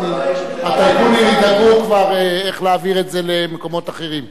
הטייקונים ידאגו כבר איך להעביר את זה למקומות אחרים.